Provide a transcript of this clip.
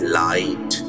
light